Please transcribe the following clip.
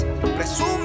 Presume